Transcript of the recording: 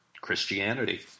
Christianity